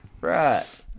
Right